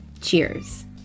cheers